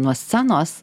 na scenos